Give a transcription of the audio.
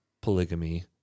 polygamy